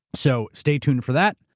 so, stay tuned for that,